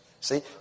see